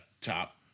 top